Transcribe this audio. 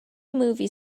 movie